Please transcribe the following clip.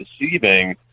deceiving